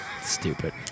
stupid